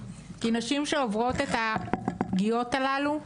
כי נשים שעוברות את הפגיעות הללו,